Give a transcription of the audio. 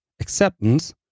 acceptance